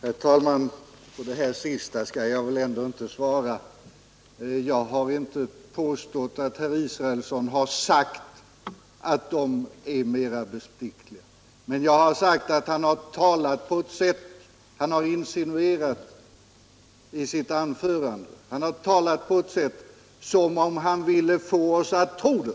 Herr talman! På det som herr Israelsson senast anförde skall jag inte svara. Jag vill bara påpeka att jag inte har påstått att herr Israelsson sagt att de tjänstemännen är mer bestickliga, men jag har sagt att han i sitt anförande insinuerat det och talat som om han ville få oss att tro det.